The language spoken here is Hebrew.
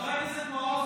חבר הכנסת מעוז,